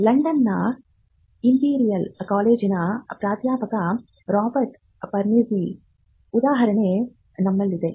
ಲಂಡನ್ನ ಇಂಪೀರಿಯಲ್ ಕಾಲೇಜಿನ ಪ್ರಾಧ್ಯಾಪಕ ರಾಬರ್ಟ್ ಪೆರ್ನೆಜ್ಕಿಯ ಉದಾಹರಣೆ ನಮ್ಮಲ್ಲಿದೆ